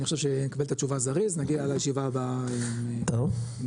אני חושב שנקבל את התשובה זריז נגיע לישיבה הבאה עם נתונים.